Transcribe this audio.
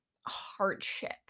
hardship